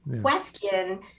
question